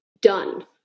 done